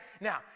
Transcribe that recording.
Now